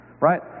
Right